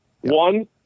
One